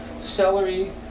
celery